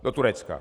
Do Turecka.